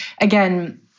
again